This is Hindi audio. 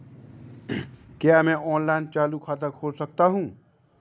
क्या मैं ऑनलाइन चालू खाता खोल सकता हूँ?